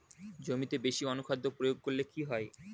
জমিতে বেশি অনুখাদ্য প্রয়োগ করলে কি হয়?